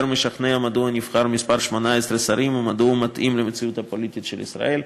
משכנע מדוע נבחר המספר 18 שרים ומדוע הוא מתאים למציאות הפוליטית של ישראל,